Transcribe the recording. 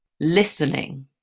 Listening